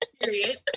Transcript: Period